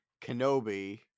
Kenobi